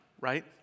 right